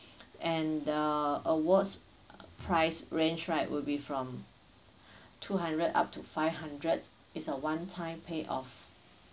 and uh award's price range right will be from two hundred up to five hundred it's a one time pay off